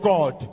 God